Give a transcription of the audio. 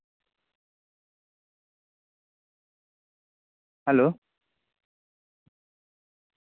hello